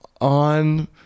On